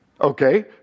Okay